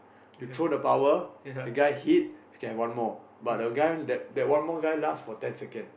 you throw the power the guy hit you can have one more but that one more but that guy the one more guy last for ten second